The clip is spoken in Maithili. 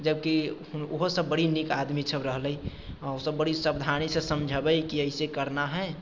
जब कि ओहोसभ बड़ी नीक आदमीसभ रहलै ओसभ बड़ी सावधानीसँ समझेबै कि ऐसे करना है